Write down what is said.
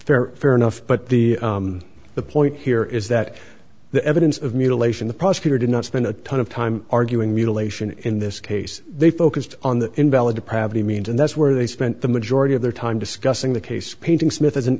fair fair enough but the the point here is that the evidence of mutilation the prosecutor did not spend a ton of time arguing mutilation in this case they focused on the invalid depravity means and that's where they spent the majority of their time discussing the case painting smith as an